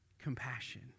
Compassion